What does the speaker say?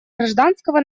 гражданского